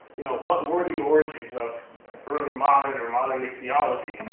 you know, what were the origins of early modern or modern ichthyology?